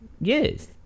Yes